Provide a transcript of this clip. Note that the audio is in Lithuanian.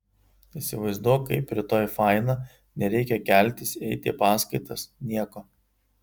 įsivaizduok kaip rytoj faina nereikia keltis eiti į paskaitas nieko